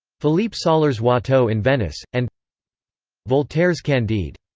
philippe sollers' watteau in venice, and voltaire's candide.